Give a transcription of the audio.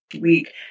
week